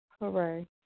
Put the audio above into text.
hooray